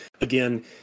again